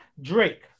Drake